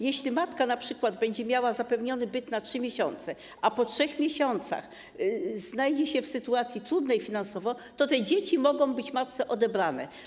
Jeśli matka np. będzie miała zapewniony byt na 3 miesiące, a po 3 miesiącach znajdzie się w trudnej sytuacji finansowej, to te dzieci mogą być matce odebrane.